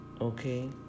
Okay